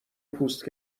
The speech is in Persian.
پوست